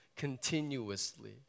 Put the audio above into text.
Continuously